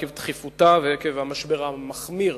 עקב דחיפותה ועקב המשבר המחמיר